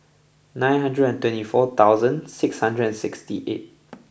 nine hundred and twenty four thousand six hundred and sixty eight